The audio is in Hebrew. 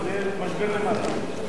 מי נמנע?